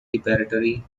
preparatory